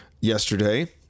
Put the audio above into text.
yesterday